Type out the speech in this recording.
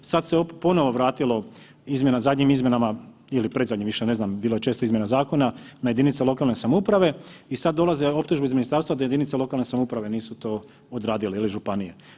Sad se ponovo vratilo, zadnjim izmjenama ili predzadnjim, više ne znam, bilo je često izmjena zakona na jedinice lokalne samouprave i sad dolaze optužbe iz ministarstva da jedinice lokalne samouprave nisu to odradile ili županije.